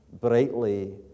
brightly